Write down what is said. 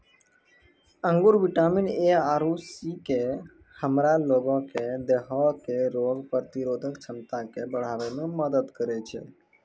अंगूर vitamin A आरु C से हमरा लोगो के देहो के रोग प्रतिरोधक क्षमता के बढ़ाबै मे मदत करै छै